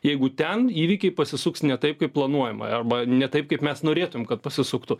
jeigu ten įvykiai pasisuks ne taip kaip planuojama arba ne taip kaip mes norėtum kad pasisuktų